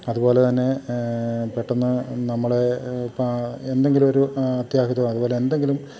അതുപോലെ തന്നെ പെട്ടെന്ന് നമ്മളെ ഇപ്പം എന്തെങ്കിലും ഒരു അത്യാഹിതമോ അതുപോലെ എന്തെങ്കിലും